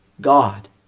God